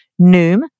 Noom